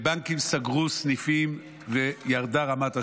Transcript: בנקים סגרו סניפים וירדה רמת השירות.